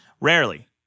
Rarely